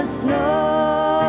snow